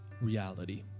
reality